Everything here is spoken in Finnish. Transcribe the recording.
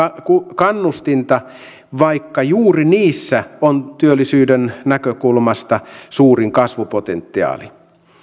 kannustinta vaikka juuri niissä on työllisyyden näkökulmasta suurin kasvupotentiaali